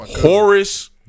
Horace